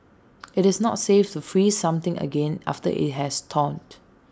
IT is not safe to freeze something again after IT has thawed